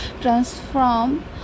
transform